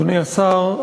אדוני השר,